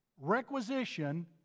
requisition